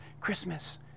Christmas